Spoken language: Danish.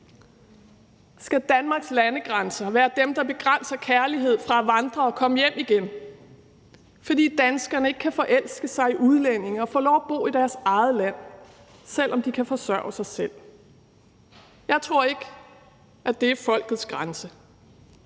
Skal Danmarks landegrænser være dem, der begrænser kærlighed fra at vandre og komme hjem igen, fordi danskerne ikke kan forelske sig i udlændinge og få lov at bo i deres eget land, selv om de kan forsørge sig selv? Jeg tror ikke, at det er folkets grænse,